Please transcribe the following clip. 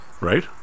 right